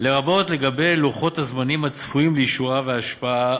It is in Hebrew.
לרבות לגבי לוחות הזמנים הצפויים לאישורה והשפעה